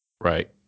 Right